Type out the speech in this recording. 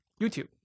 YouTube